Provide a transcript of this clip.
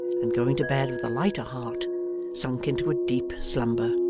and going to bed with a lighter heart sunk into a deep slumber.